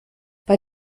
bei